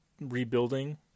rebuilding